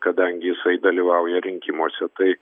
kadangi jisai dalyvauja rinkimuose tai